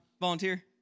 volunteer